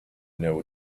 know